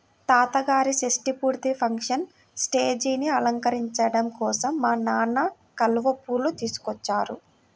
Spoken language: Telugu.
తాతగారి షష్టి పూర్తి ఫంక్షన్ స్టేజీని అలంకరించడం కోసం మా నాన్న కలువ పూలు తీసుకొచ్చారు